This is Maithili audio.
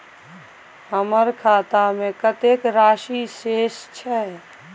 हमर खाता में कतेक राशि शेस छै?